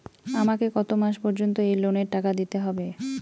আমাকে কত মাস পর্যন্ত এই লোনের টাকা দিতে হবে?